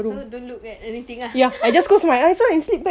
so don't look at anything ah